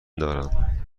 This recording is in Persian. دارم